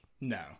No